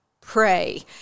pray